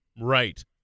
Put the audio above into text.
Right